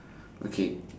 okay